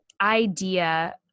idea